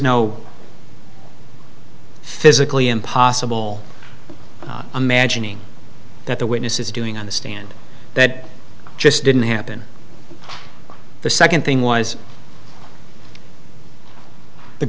no physically impossible imagining that the witness is doing on the stand that just didn't happen the second thing was the